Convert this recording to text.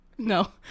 No